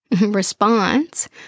response